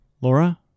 Laura